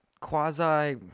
quasi